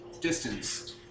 distance